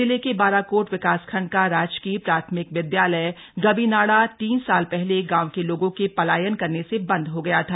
जिले के बाराकोट विकासखंड का राजकीय प्राथमिक विद्यालय ग्वीनाडा तीन साल पहले गांव के लोगो के पलायन करने से बंद हो गया था